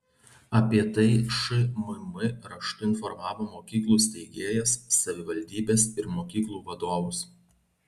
apie tai šmm raštu informavo mokyklų steigėjas savivaldybes ir mokyklų vadovus